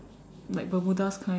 like bermudas kind